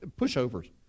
pushovers